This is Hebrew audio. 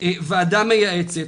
ועדה מייעצת,